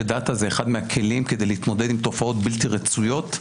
שמידע זה אחד מהכלים כדי להתמודד עם תופעות בלתי רצויות.